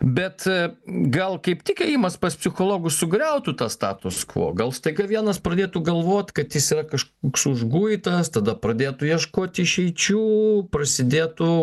bet gal kaip tik ėjimas pas psichologus sugriautų tą status quo gal staiga vienas pradėtų galvot kad jis yra kažkoks užguitas tada pradėtų ieškot išeičių prasidėtų